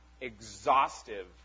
exhaustive